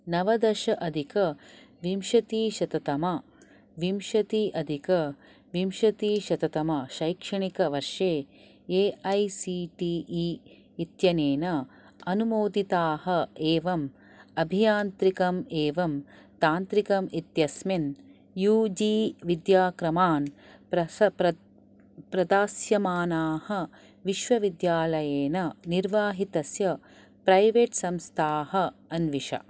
नवदश अधिकविंशतिशततम विंशति अधिकविंशतिशततम शैक्षणिकवर्षे A I C T E इत्यनेन अनुमोदिताः एवं अभियान्त्रिकम् एवं तान्त्रिकम् इत्यस्मिन् यू जी विद्याक्रमान् प्रस प्र प्रदास्यमानाः विश्वविद्यालयेन निर्वाहितस्य प्रैवेट् संस्थाः अन्विष